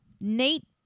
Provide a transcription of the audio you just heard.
Nate